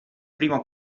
primo